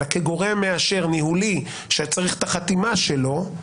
אלא כגורם מאשר ניהולי שצריך את החתימה שלו,